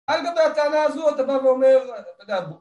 על גבי הטענה הזו אתה בא ואומר... תדברו